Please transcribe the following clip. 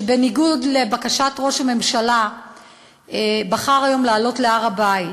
שבניגוד לבקשת ראש הממשלה בחר היום לעלות להר-הבית.